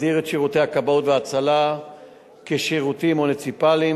מסדיר את שירותי הכבאות וההצלה כשירותים מוניציפליים